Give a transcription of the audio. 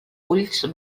ulls